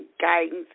guidance